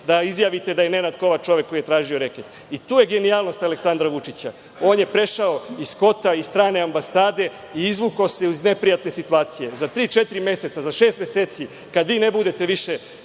da izjavite da je Nenad Kovač čovek koji je tražio reket. I tu je genijalnost Aleksandra Vučića. On je prešao iz „Kota“, iz strane ambasade i izvukao se iz neprijatne situacije. Za tri, četiri meseca, za šest meseci, kada vi ne budete više